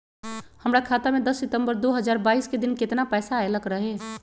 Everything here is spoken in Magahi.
हमरा खाता में दस सितंबर दो हजार बाईस के दिन केतना पैसा अयलक रहे?